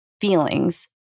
feelings